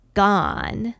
gone